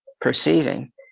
perceiving